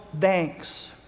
thanks